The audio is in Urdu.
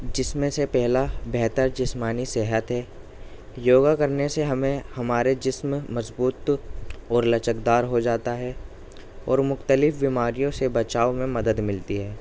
جس میں سے پہلا بہتر جسمانی صحت ہے یوگا کرنے سے ہمیں ہمارے جسم مضبوط اور لچکدار ہو جاتا ہے اور مختلف بیماریوں سے بچاؤ میں مدد ملتی ہے